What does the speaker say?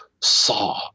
saw